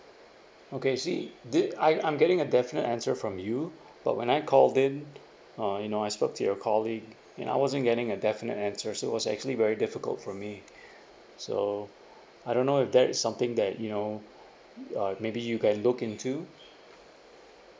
okay see did I I'm getting a definite answer from you but when I called in uh you know I spoke to your colleague and I wasn't getting a definite answer so it was actually very difficult for me so I don't know if that is something that you know uh maybe you can look into